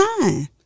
time